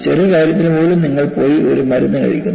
ചെറു കാര്യത്തിന് പോലും നിങ്ങൾ പോയി ഒരു മരുന്ന് കഴിക്കുന്നു